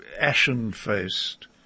ashen-faced